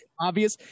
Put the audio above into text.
obvious